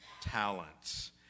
talents